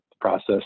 process